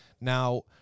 Now